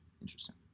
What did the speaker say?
Interesting